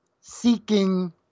seeking